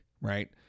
right